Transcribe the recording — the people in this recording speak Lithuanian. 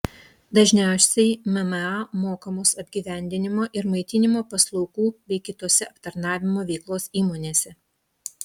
dažniausiai mma mokamos apgyvendinimo ir maitinimo paslaugų bei kitos aptarnavimo veiklos įmonėse